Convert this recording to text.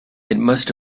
must